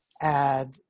add